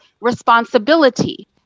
responsibility